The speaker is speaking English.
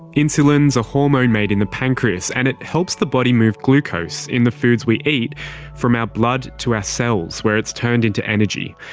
insulin is a hormone made in the pancreas, and it helps the body move glucose in the foods we eat from our blood to our cells where it's turned into energy.